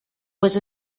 was